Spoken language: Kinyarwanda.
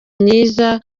myiza